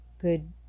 good